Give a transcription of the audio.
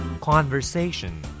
Conversation